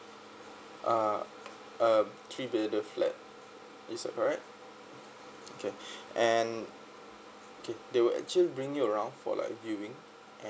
uh uh three bedroom flat it is right okay and okay they will actually bring you around for like viewing